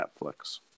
Netflix